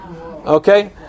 Okay